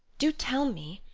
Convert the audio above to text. do tell me!